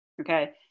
okay